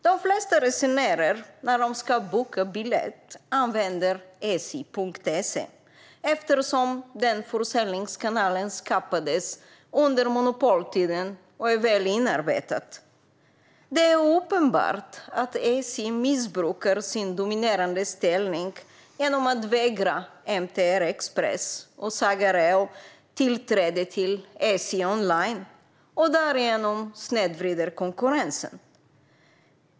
De flesta resenärer använder sj.se när de ska boka biljett, eftersom denna försäljningskanal skapades under monopoltiden och är väl inarbetad. Det är uppenbart att SJ missbrukar sin dominerande ställning genom att vägra MTR Express och Saga Rail tillträde till SJ online och därigenom snedvrider konkurrensen.